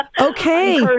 Okay